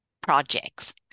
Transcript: projects